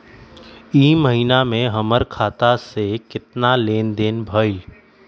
ई महीना में हमर खाता से केतना लेनदेन भेलइ?